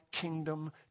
kingdom